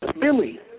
Billy